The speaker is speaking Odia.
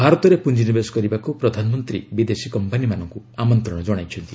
ଭାରତରେ ପୁଞ୍ଜିନିବେଶ କରିବାକୁ ପ୍ରଧାନମନ୍ତ୍ରୀ ବିଦେଶୀ କମ୍ପାନୀମାନଙ୍କୁ ଆମନ୍ତ୍ରଣ ଜଣାଇଛନ୍ତି